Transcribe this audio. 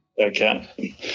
Okay